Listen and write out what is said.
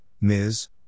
Ms